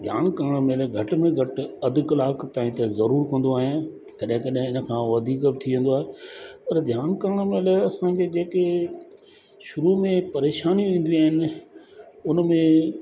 ध्यानु करणु महिल घटि में घटि अधु कलाक ताईं त ज़रूरु कंदो आहियां तॾहिं तॾहिं इन खां वधीक बि थी वेंदो आहे पर ध्यानु करण महिल असांजे जेके शुरूअ में परेशानी ईंदियूं आहिनि उन में